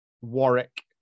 Warwick